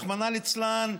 רחמנא ליצלן,